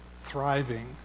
thriving